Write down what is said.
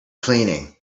cleaning